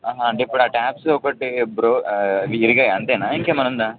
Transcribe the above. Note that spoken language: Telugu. అంటే ఇప్పుడు ఆ ట్యాప్స్ ఒకటి బ్రో ఇ ఇరిగాయి అంతేనా ఇంకా ఏమన్నా ఉందా